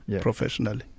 professionally